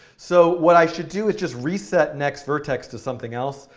so what i should do is just reset nextvertex to something else.